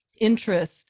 interest